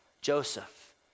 Joseph